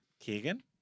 Keegan